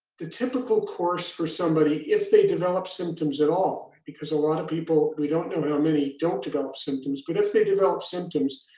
the typical course for somebody, if they develop symptoms at all, because a lot of people, we don't know how many, don't develop symptoms, but if they develop symptoms,